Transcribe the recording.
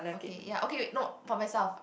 okay ya okay wait no for myself